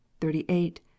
thirty-eight